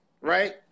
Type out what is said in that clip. right